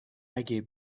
اگه